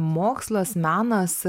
mokslas menas